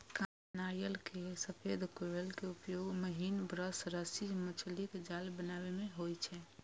कांच नारियल केर सफेद कॉयर के उपयोग महीन ब्रश, रस्सी, मछलीक जाल बनाबै मे होइ छै